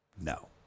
No